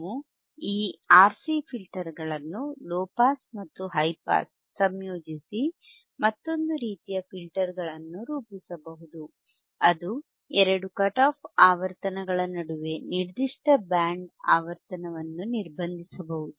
ನಾವು ಈ RC ಫಿಲ್ಟರ್ಗಳನ್ನು ಲೊ ಪಾಸ್ ಮತ್ತು ಹೈ ಪಾಸ್ ಸಂಯೋಜಿಸಿ ಮತ್ತೊಂದು ರೀತಿಯ ಫಿಲ್ಟರ್ಗಳನ್ನು ರೂಪಿಸಬಹುದು ಅದು ಎರಡು ಕಟ್ ಆಫ್ ಆವರ್ತನಗಳ ನಡುವೆ ನಿರ್ದಿಷ್ಟ ಬ್ಯಾಂಡ್ ಆವರ್ತನಗಳನ್ನು ನಿರ್ಬಂಧಿಸಬಹುದು